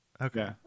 Okay